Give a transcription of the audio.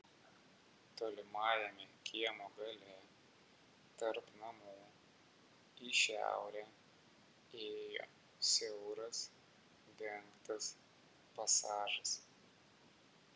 tolimajame kiemo gale tarp namų į šiaurę ėjo siauras dengtas pasažas